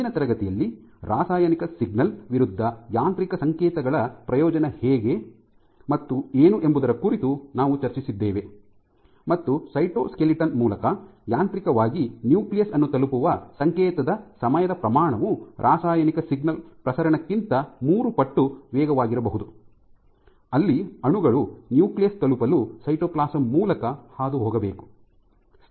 ಹಿಂದಿನ ತರಗತಿಯಲ್ಲಿ ರಾಸಾಯನಿಕ ಸಿಗ್ನಲ್ ವಿರುದ್ಧ ಯಾಂತ್ರಿಕ ಸಂಕೇತಗಳ ಪ್ರಯೋಜನ ಹೇಗೆ ಮತ್ತು ಏನು ಎಂಬುದರ ಕುರಿತು ನಾವು ಚರ್ಚಿಸಿದ್ದೇವೆ ಮತ್ತು ಸೈಟೋಸ್ಕೆಲಿಟನ್ ಮೂಲಕ ಯಾಂತ್ರಿಕವಾಗಿ ನ್ಯೂಕ್ಲಿಯಸ್ ಅನ್ನು ತಲುಪುವ ಸಂಕೇತದ ಸಮಯದ ಪ್ರಮಾಣವು ರಾಸಾಯನಿಕ ಸಿಗ್ನಲ್ ಪ್ರಸರಣಕ್ಕಿಂತ ಮೂರು ಪಟ್ಟು ವೇಗವಾಗಿರಬಹುದು ಅಲ್ಲಿ ಅಣುಗಳು ನ್ಯೂಕ್ಲಿಯಸ್ ತಲುಪಲು ಸೈಟೋಪ್ಲಾಸಂ ಮೂಲಕ ಹಾದು ಹೋಗಬೇಕು